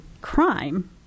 crime